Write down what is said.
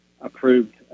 approved